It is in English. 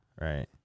Right